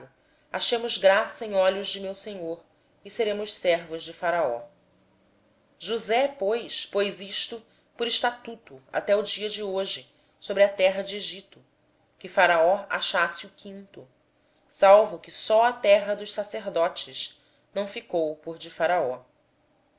achemos graça aos olhos de meu senhor e seremos servos de faraó josé pois estabeleceu isto por estatuto quanto ao solo do egito até o dia de hoje que a faraó coubesse o quinto a produção somente a terra dos sacerdotes não ficou sendo de faraó